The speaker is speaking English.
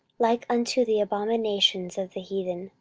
like unto the abominations of the heathen,